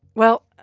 well,